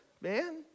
man